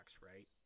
right